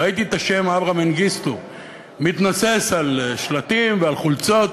ראיתי את השם אברה מנגיסטו מתנוסס על שלטים וחולצות,